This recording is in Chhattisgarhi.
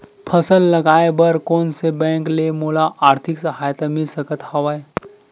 फसल लगाये बर कोन से बैंक ले मोला आर्थिक सहायता मिल सकत हवय?